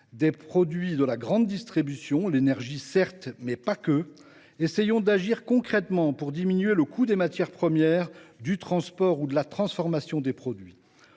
des produits de la grande distribution – l’énergie certes, mais pas seulement. Essayons d’agir concrètement pour diminuer le coût des matières premières, du transport ou de la transformation des produits.